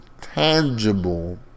tangible